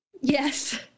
Yes